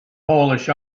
polish